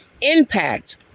impact